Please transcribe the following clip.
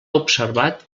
observat